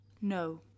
No